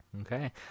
okay